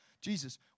Jesus